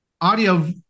audio